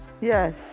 Yes